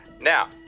Now